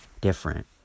different